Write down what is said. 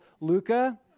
Luca